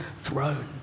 throne